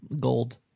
gold